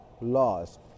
laws